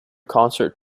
concert